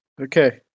Okay